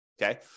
Okay